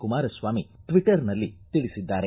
ಕುಮಾರಸ್ವಾಮಿ ಟ್ವಟ್ಟರ್ನಲ್ಲಿ ತಿಳಿಸಿದ್ದಾರೆ